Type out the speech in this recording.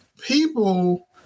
people